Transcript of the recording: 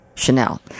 Chanel